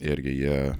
irgi jie